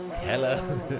Hello